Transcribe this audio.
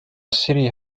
city